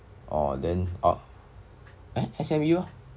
eh S_M_U lor